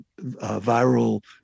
viral